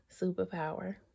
superpower